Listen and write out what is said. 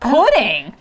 Pudding